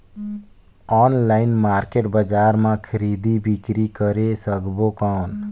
Online market बजार मां खरीदी बीकरी करे सकबो कौन?